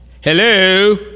hello